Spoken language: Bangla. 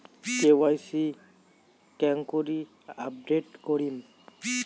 কে.ওয়াই.সি কেঙ্গকরি আপডেট করিম?